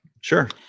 Sure